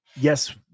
Yes